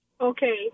Okay